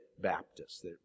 Baptists